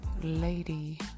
Lady